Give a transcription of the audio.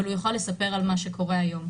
אבל הוא יכול לספר על מה שקורה היום.